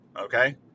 Okay